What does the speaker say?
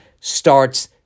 starts